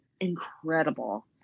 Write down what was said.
incredible